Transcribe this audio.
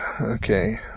Okay